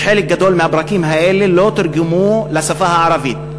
חלק גדול מהפרקים האלה לא תורגמו לשפה הערבית.